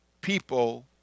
people